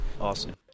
Awesome